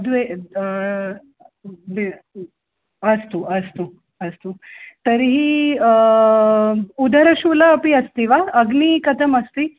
द्वे दिने अस्तु अस्तु अस्तु तर्हि उदरशूलः अपि अस्ति वा अग्निः कथमस्ति